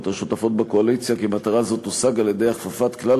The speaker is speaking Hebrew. השותפות בקואליציה כי מטרה זו תושג על-ידי הכפפת כלל